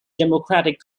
democratic